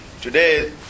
Today